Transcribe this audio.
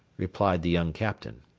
replied the young captain.